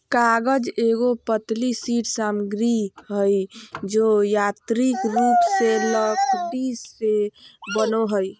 कागज एगो पतली शीट सामग्री हइ जो यांत्रिक रूप से लकड़ी से बनो हइ